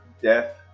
death